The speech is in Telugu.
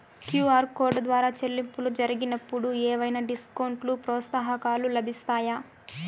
క్యు.ఆర్ కోడ్ ద్వారా చెల్లింపులు జరిగినప్పుడు ఏవైనా డిస్కౌంట్ లు, ప్రోత్సాహకాలు లభిస్తాయా?